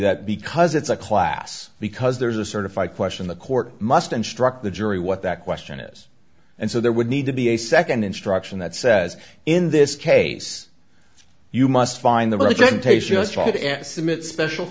that because it's a class because there's a certified question the court must instruct the jury what that question is and so there would need to be a second instruction that says in this case you must find the